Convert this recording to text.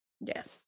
yes